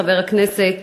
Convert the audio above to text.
חבר הכנסת